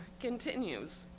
Continues